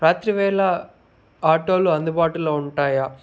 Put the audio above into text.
రాత్రివేళ ఆటోలు అందుబాటులో ఉంటాయా